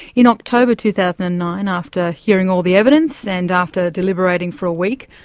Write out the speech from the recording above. in october, two thousand and nine after hearing all the evidence and after deliberating for a week,